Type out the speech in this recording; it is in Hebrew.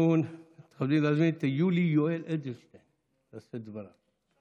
אנחנו מתכבדים להזמין את יולי יואל אדלשטיין לשאת דברים.